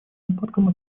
нападкам